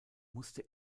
musste